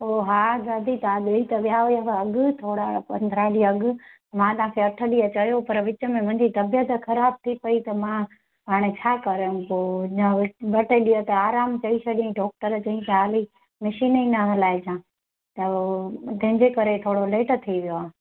हो हा दादी तव्हां ॾेई त विया हुयव अॻु थोरा पंद्राहं ॾींहं अॻु मां तव्हां अठ ॾींहं चयो पर विच में मुंहिंजी तबियतु ख़राब थी पई त मां हाणे छा कयऊं पोइ अञा ॿ टे ॾींहं त आरामु चई छॾियई डॉक्टर चयईं तव्हां हाली मशीन ई न हलाइजाएं त उहो जंहिंजे करे थोरो लेट थी वियो आहे